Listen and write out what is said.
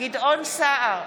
גדעון סער,